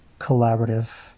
collaborative